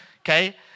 okay